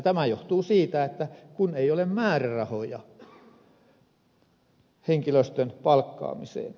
tämä johtuu siitä että ei ole määrärahoja henkilöstön palkkaamiseen